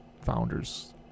founders